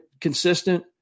consistent